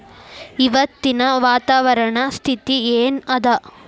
ಇವತ್ತಿನ ವಾತಾವರಣ ಸ್ಥಿತಿ ಏನ್ ಅದ?